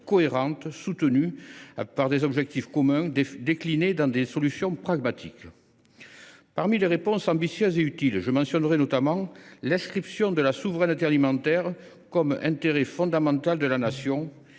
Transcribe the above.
cohérente, soutenue par des objectifs communs, déclinés dans des solutions pragmatiques. Parmi les réponses ambitieuses et utiles, je mentionnerai notamment : l’inscription de la souveraineté alimentaire comme intérêt fondamental de la Nation,